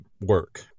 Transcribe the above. work